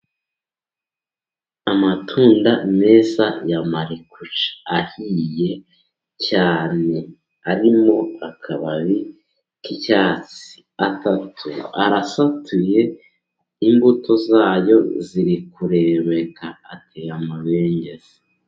Amatunda meza ya marikuca, ahiye cyane, arimo akababi k'icyatsi, atatu arasatuye, imbuto zayo ziri kurebeka, ateye amabengeza.